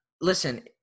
Listen